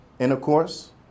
Intercourse